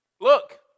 Look